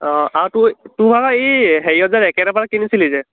অঁ আও তোৰ তোৰভাগৰ এই হেৰিয়ত যে ৰেকেট এপাট কিনিছিলি যে